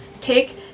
take